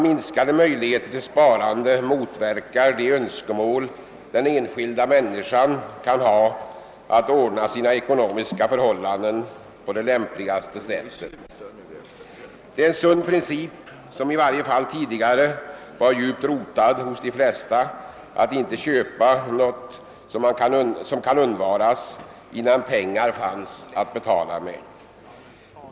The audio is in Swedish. Minskade möjligheter till sparande motverkar nämligen de önskemål den enskilde kan hysa om att ordna sina ekonomiska förhållanden på det lämpligaste sättet. Det är en sund princip, som i varje fall tidigare varit djupt rotad hos de flesta människor, att inte innan pengar finns att betala med köpa något som kan undvaras.